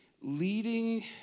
leading